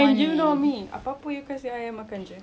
I tak tanya apa benda saya makan jer